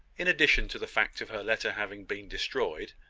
in addition to the fact of her letter having been destroyed,